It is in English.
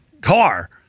car